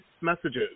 messages